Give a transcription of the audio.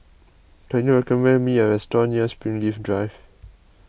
can you recommend me a restaurant near Springleaf Drive